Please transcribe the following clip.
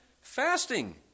fasting